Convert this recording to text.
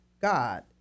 god